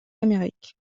amérique